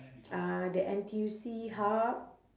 uh the N_T_U_C hub